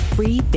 Free